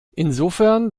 insofern